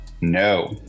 No